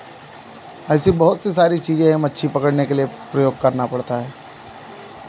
ऐसी बहुत सी सारी चीज़ें हैं मच्छी पकड़ने के लिए प्रयोग करना पड़ता है